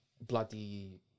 bloody